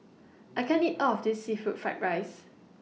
I can't eat All of This Seafood Fried Rice